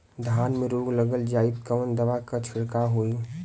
धान में रोग लग जाईत कवन दवा क छिड़काव होई?